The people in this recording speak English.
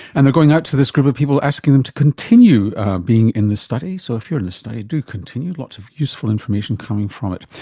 and are going out to this group of people asking them to continue being in the study, so if you are in the study, do continue, lots of useful information coming from it.